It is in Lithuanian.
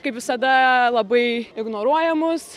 kaip visada labai ignoruoja mus